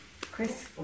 Chris